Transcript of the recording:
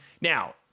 Now